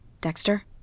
Dexter